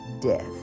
death